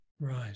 Right